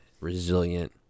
resilient